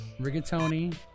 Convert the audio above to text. rigatoni